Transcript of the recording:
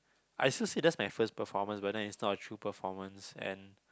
I still see that as my first performance but that is not a true performance and